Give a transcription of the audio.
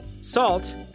Salt